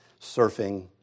surfing